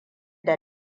da